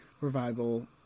revival